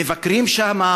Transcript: מבקרים שם,